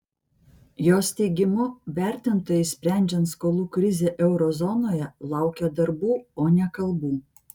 jos teigimu vertintojai sprendžiant skolų krizę euro zonoje laukia darbų o ne kalbų